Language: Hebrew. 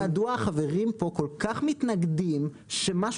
השאלה היא מדוע החברים פה כל כך מתנגדים למשהו